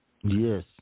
Yes